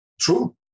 True